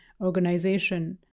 organization